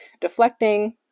deflecting